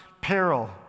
peril